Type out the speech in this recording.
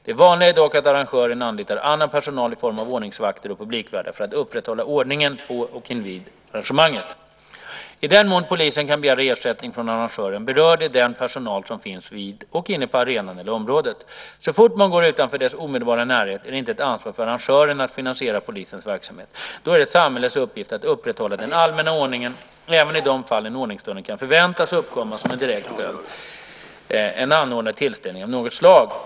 Det vanliga är dock att arrangören anlitar annan personal i form av ordningsvakter och publikvärdar för att upprätthålla ordningen på och invid arrangemanget. I den mån polisen kan begära ersättning från arrangören berör det den personal som finns vid och inne på arenan eller området. Så fort man går utanför dess omedelbara närhet är det inte ett ansvar för arrangören att finansiera polisens verksamhet. Då är det samhällets uppgift att upprätthålla den allmänna ordningen, även i de fall en ordningsstörning kan förväntas uppkomma som en direkt följd av en anordnad tillställning av något slag.